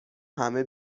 همه